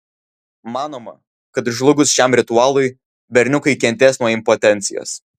manoma kad žlugus šiam ritualui berniukai kentės nuo impotencijos